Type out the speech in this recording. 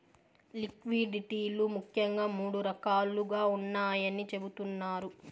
liquidity లు ముఖ్యంగా మూడు రకాలుగా ఉన్నాయని చెబుతున్నారు